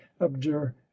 abjure